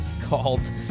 Called